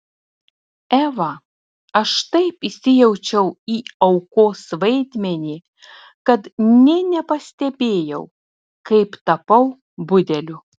eva aš taip įsijaučiau į aukos vaidmenį kad nė nepastebėjau kaip tapau budeliu